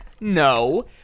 No